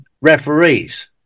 referees